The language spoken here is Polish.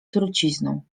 trucizną